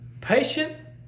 patient